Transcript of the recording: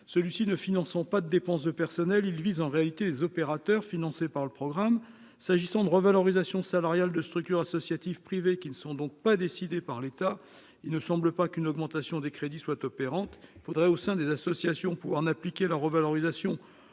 celui-ci ne finançons pas de dépenses de personnel, il vise en réalité les opérateurs financé par le programme s'agissant de revalorisation salariale de structures associatives, privées qui ne sont donc pas décidé par l'État, il ne semble pas qu'une augmentation des crédits soit opérante faudrait au sein des associations pour en appliquer la revalorisation